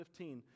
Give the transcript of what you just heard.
15